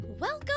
Welcome